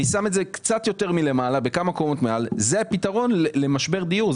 אני שם את זה כמה קומות מעל זהו הפתרון למשבר דיור.